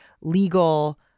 legal